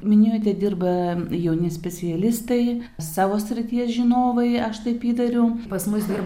minėjote dirba jauni specialistai savo srities žinovai aš taip įtariu